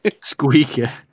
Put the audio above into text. Squeaker